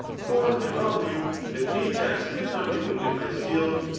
for i well knew that if ajax could not be wounded by steel,